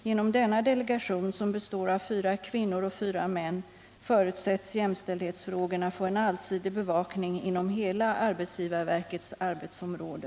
Genom denna delegation, som består av fyra kvinnor och fyra män, förutsätts jämställdhetsfrågorna få en allsidig bevakning inom hela arbetsgivarverkets arbetsområde.